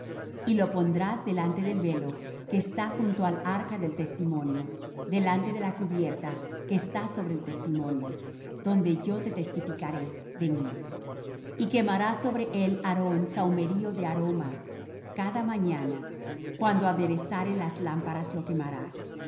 y lo pondrás delante del velo que está junto al arca del testimonio delante de la cubierta que está sobre el testimonio donde yo te testificaré de mí y quemará sobre él aarón sahumerio de aroma cada mañana cuando aderezare las lámparas lo quemará